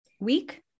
week